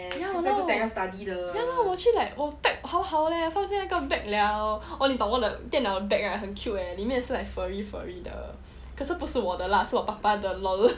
ya !walao! ya lor 我去 like pack 好好 leh 放进那个 bag 了 oh 你懂我电脑的 bag right 很 cute eh 里面是 like furry furry 的可是不是我的 lah 是我爸爸的 lol